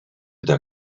der